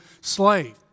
slave